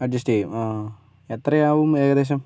adjust ചെയ്യും ആ എത്രയാവും ഏകദേശം